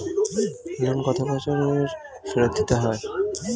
Loan কত বছরে ফেরত দিতে হয়?